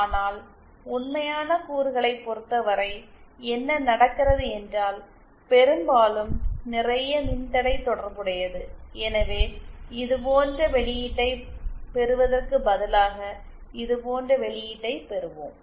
ஆனால் உண்மையான கூறுகளைப் பொறுத்தவரை என்ன நடக்கிறது என்றால் பெரும்பாலும் நிறைய மின்தடை தொடர்புடையது எனவே இது போன்ற வெளியீட்டை பெறுவதற்குப் பதிலாக இதுபோன்ற வெளியீட்டை பெறுவோம்